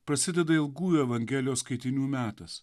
prasideda ilgųjų evangelijos skaitinių metas